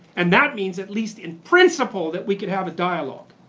and that means, at least in principle, that we could have a dialogue.